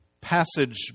passage